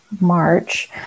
March